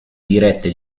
dirette